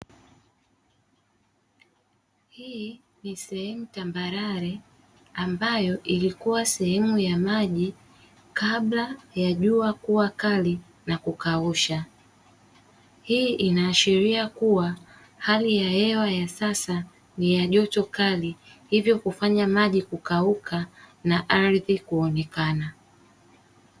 Hii ni sehemu tambarare ambayo ilikuwa sehemu ya maji kabla ya jua kuwa kali na kukausha. Hii inaashiria kuwa hali ya hewa ya sasa ni ya joto kali, hivyo kufanya maji kukauka na ardhi kuonekana.